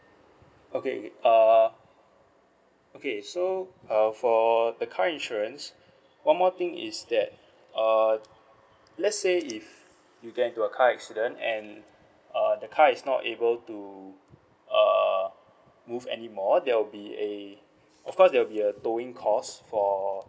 okay uh okay so uh for the car insurance one more thing is that err let's say if you get into a car accident and uh the car is not able to uh move anymore there will be a of course there will be a towing cost for